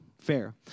fair